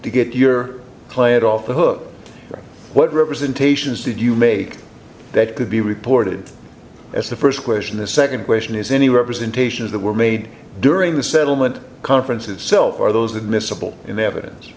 to get your client off the hook what representations did you make that could be reported as the st question the nd question is any representations that were made during the settlement conference itself are those admissible in evidence